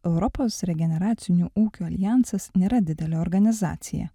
europos regeneracinių ūkių aljansas nėra didelė organizacija